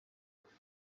txecs